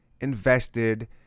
invested